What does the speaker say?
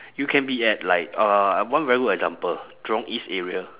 you can be at like uh one very good example jurong east area